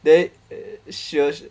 then uh she will